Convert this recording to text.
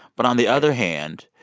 but on the other hand,